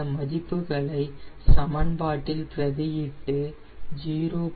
இந்த மதிப்புகளை சமன்பாட்டில் பிரதியிட்டு 0